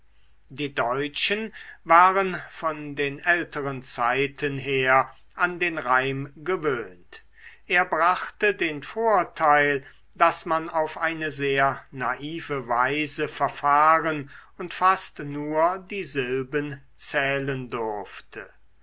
die deutschen waren von den älteren zeiten her an den reim gewöhnt er brachte den vorteil daß man auf eine sehr naive weise verfahren und fast nur die silben zählen durfte